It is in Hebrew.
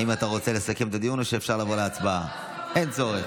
חבר הכנסת נאור שירי, אינו נוכח,